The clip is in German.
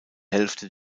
hälfte